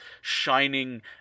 shining